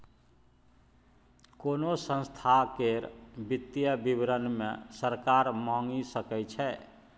कोनो संस्था केर वित्तीय विवरण केँ सरकार मांगि सकै छै